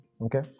Okay